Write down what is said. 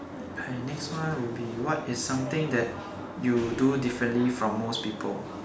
ya next one would be what is something that you do differently from most people